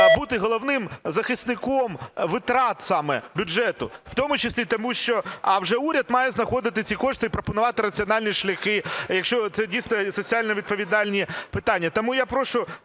бути головним захисником витрат саме бюджету, в тому числі тому що... а вже уряд має знаходити ці кошти і пропонувати раціональні шляхи, якщо це дійсно соціально-відповідальні питання. Тому я прошу